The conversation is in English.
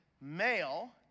male